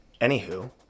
Anywho